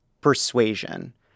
persuasion